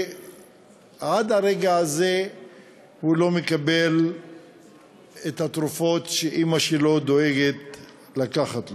ועד הרגע הזה הוא לא מקבל את התרופות שאימא שלו דואגת לקחת לו.